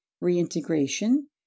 reintegration